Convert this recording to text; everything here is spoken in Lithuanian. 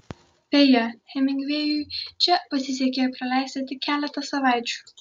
beje hemingvėjui čia pasisekė praleisti tik keletą savaičių